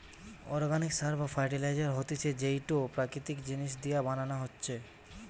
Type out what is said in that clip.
organic সার বা fertiliser হতিছে যেইটো প্রাকৃতিক জিনিস দিয়া বানানো হতিছে